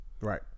Right